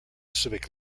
civic